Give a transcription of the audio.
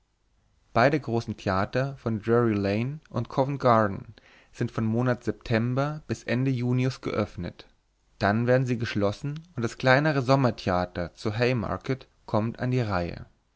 beide großen theater von drury lane und covent garden sind vom monat september bis ende junius geöffnet dann werden sie geschlossen und das kleinere sommer theater zu haymarket kommt an die reihe